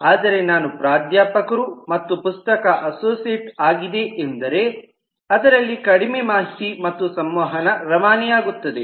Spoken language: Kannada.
ಆದರೆ ನಾನು ಪ್ರಾಧ್ಯಾಪಕರು ಮತ್ತು ಪುಸ್ತಕ ಅಸೋಸಿಯೇಟ್ ಆಗಿದೆ ಎಂದರೆ ಅದರಲ್ಲಿ ಕಡಿಮೆ ಮಾಹಿತಿ ಮತ್ತು ಸಂವಹನ ರವಾನೆಯಾಗುತ್ತದೆ